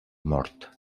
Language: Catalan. mort